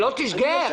שלא תשגה,